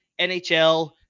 NHL